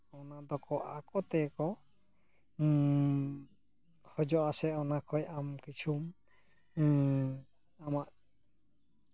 ᱚᱱᱟ ᱫᱚᱠᱚ ᱟᱠᱚ ᱛᱮᱜᱮ ᱠᱚ ᱠᱷᱚᱡᱚᱜᱼᱟ ᱥᱮ ᱚᱱᱟ ᱠᱷᱚᱡ ᱟᱢ ᱠᱤᱪᱷᱩᱢ ᱟᱢᱟᱜ